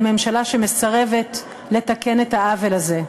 לממשלה שמסרבת לתקן את העוול הזה.